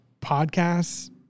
podcasts